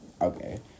Okay